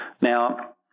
Now